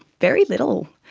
very little.